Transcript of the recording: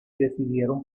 decidieron